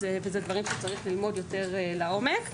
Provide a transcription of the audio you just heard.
אלה דברים שצריכים ללמוד יותר לעומק.